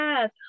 yes